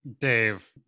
Dave